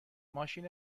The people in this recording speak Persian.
ماشین